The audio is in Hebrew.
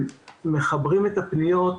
אני שמח לפתוח את הישיבה,